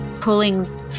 pulling